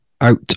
out